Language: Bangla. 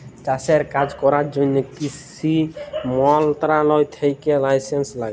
চাষের কাজ ক্যরার জ্যনহে কিসি মলত্রলালয় থ্যাকে লাইসেলস ল্যাগে